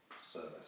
service